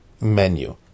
menu